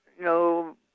no